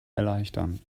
erleichtern